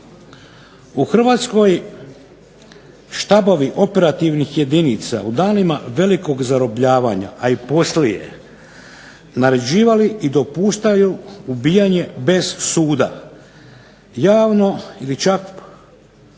"U Hrvatskoj štabovi operativnih jedinica u danima velikog zarobljavanja, a i poslije, naređivali i dopuštaju ubijanje bez suda. Javno ili čak